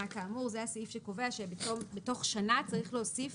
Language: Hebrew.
כאמור." זה הסעיף שקובע שבתוך שנה צריך להוסיף